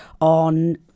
on